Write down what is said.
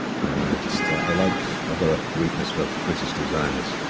i just. i like. i've got a weakness for british designers.